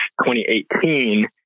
2018